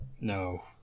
no